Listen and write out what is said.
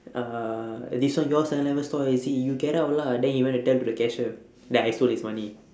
uh this one your seven eleven store is it you get out lah then he went to tell to the cashier that I stole his money